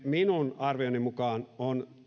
minun arvioni mukaan on